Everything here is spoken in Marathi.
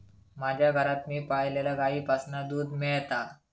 माज्या घरात मी पाळलल्या गाईंपासना दूध मेळता